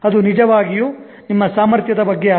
ಅದು ನಿಜವಾಗಿಯೂ ನಿಮ್ಮ ಸಾಮರ್ಥ್ಯದ ಬಗ್ಗೆ ಅಲ್ಲ